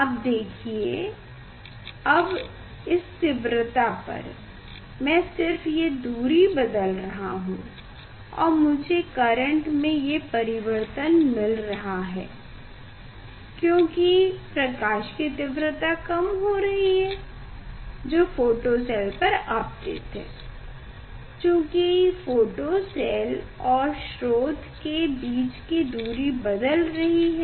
आप देखिए अब इस तीव्रता पर मैं सिर्फ ये दूरी बदल रहा हूँ और मुझे करेंट में ये परिवर्तन मिल रहा है क्योकि प्रकाश की तीव्रता कम हो रही है जो फोटो सेल पर आपतित है चूंकि फोटो सेल और स्रोत के बीच की दूरी बदल रही है